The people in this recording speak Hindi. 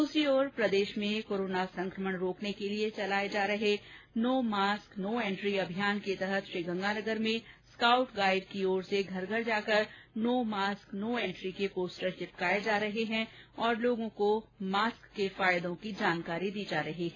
दूसरी ओर प्रदेश में कोरोना संकमण रोकने के लिये चलाये जो रहे नो मास्क नो एन्ट्री अभियान के तहत श्रीगंगानगर में स्काउट गाइड की ओर से घर घर जाकर नो मास्क नो एन्ट्री के पोस्टर चिपकाये जा रहे हैं और लोगों को मास्क लगाने से होने वाले फायदों की जानकारी दी जा रही है